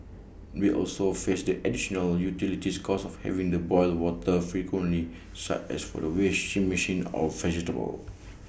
they also faced the additional utilities cost of having the boil water frequently such as for the washing machine of vegetables